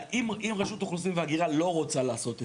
אז אם רשות האוכלוסין וההגירה לא יכולה לעשות אזה,